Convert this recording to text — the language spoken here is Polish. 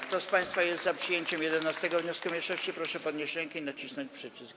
Kto z państwa jest za przyjęciem 11. wniosku mniejszości, proszę podnieść rękę i nacisnąć przycisk.